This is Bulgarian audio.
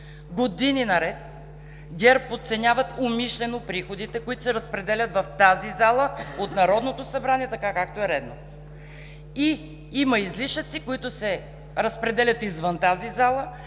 Години наред ГЕРБ подценяват умишлено приходите, които се разпределят в тази зала от Народното събрание, така както е редно, и има излишъци, които се разпределят извън тази зала,